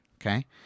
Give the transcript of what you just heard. Okay